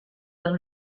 dans